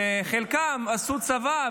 שחלקם עשו צבא,